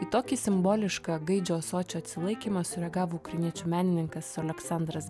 į tokį simbolišką gaidžio ąsočio atsilaikymą sureagavo ukrainiečių menininkas aleksandras